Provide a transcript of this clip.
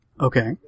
Okay